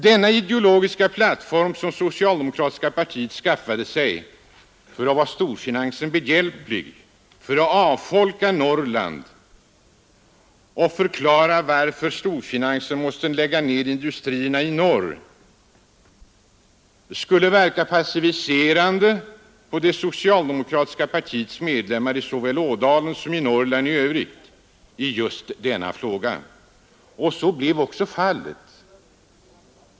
Denna ideologiska plattform, som det socialdemokratiska partiet skaffade sig för att vara storfinansen behjälplig med att avfolka Norrland och förklara varför storfinansen måste lägga ned industrierna i norr, skulle verka passiviserande på det socialdemokratiska partiets medlemmar i såväl Ådalen som Norrland i övrigt i just denna fråga. Så blev också fallet.